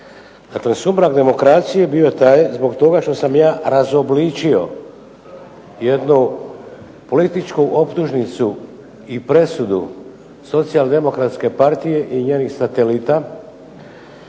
Dakle, sumrak demokracije je bio taj zbog toga što sam ja razobličio jednu političku optužnicu i presudu Socijaldemokratske partije i njenih satelita,